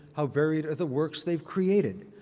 how varied are the works they've created?